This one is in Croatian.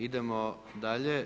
Idemo dalje.